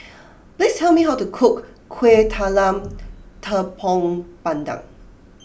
please tell me how to cook Kueh Talam Tepong Pandan